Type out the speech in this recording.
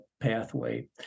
pathway